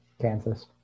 Kansas